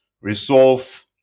resolve